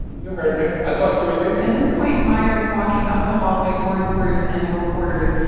you heard me. i thought you were leaving at this point, meyer is walking up the hallway towards bruce and the reporters,